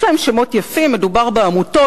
מדובר בעמותות.